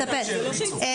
סטודנטים אלימים.